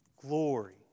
glory